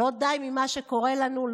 לא די במה שקורה לנו?